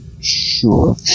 sure